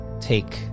take